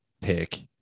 pick